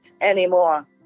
anymore